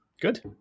good